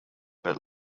but